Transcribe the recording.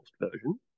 version